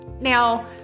Now